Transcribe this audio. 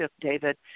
David